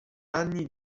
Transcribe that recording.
anni